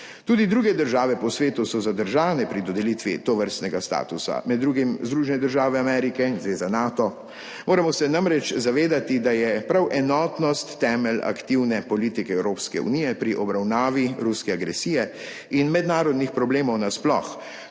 Tudi druge države po svetu so zadržane pri dodelitvi tovrstnega statusa, med drugim Združene države Amerike in Zveza Nato. Moramo se namreč zavedati, da je prav enotnost temelj aktivne politike Evropske unije pri obravnavi ruske agresije in mednarodnih problemov nasploh,